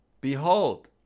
Behold